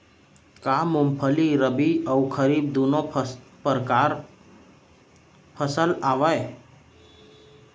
का मूंगफली रबि अऊ खरीफ दूनो परकार फसल आवय?